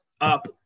up